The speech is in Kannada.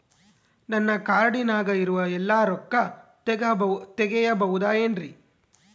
ನನ್ನ ಕಾರ್ಡಿನಾಗ ಇರುವ ಎಲ್ಲಾ ರೊಕ್ಕ ತೆಗೆಯಬಹುದು ಏನ್ರಿ?